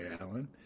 Alan